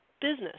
business